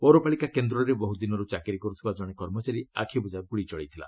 ପୌରପାଳିକା କେନ୍ଦ୍ରରେ ବହୁ ଦିନରୁ ଚାକିରି କରୁଥିବା କଣେ କର୍ମଚାରୀ ଆଖିବୁକା ଗୁଳି ଚଳାଇଥିଲେ